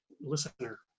listener